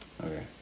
Okay